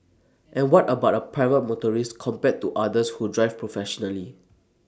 and what about A private motorist compared to others who drive professionally